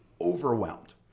overwhelmed